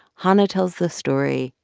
hanna tells this story.